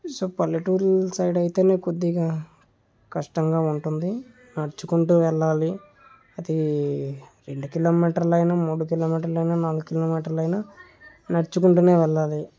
so పల్లెటూరుల side అయితే నే కొద్దిగా కష్టంగా ఉంటుంది నడుచుకుంటూ వెళ్లాలి అది రెండు కిలోమీటర్ల అయినా మూడు కిలోమీటర్ల అయినా నాలుగు కిలోమీటర్ల అయినా నడుచుకుంటూనే వెళ్లాలి